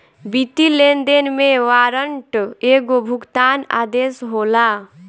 वित्तीय लेनदेन में वारंट एगो भुगतान आदेश होला